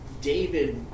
David